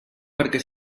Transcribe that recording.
perquè